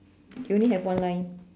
you only have one line